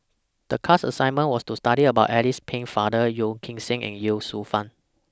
The class assignment was to study about Alice Pennefather Yeo Kim Seng and Ye Shufang